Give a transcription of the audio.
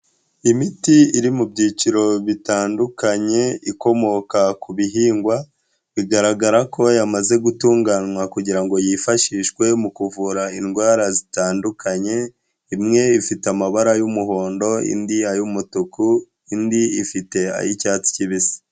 Imiti iri mu byiciro bitandukanye ikomoka ku bihingwa, bigaragara ko yamaze gutunganywa kugira ngo yifashishwe mu kuvura indwara zitandukanye, imwe ifite amabara y'umuhondo, indi y'umutuku, indi ifite ay'icyatsi kibisi.